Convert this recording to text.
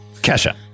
Kesha